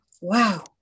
wow